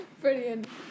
Brilliant